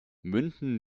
münden